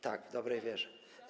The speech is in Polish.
Tak, w dobrej wierze.